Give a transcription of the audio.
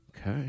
Okay